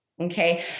Okay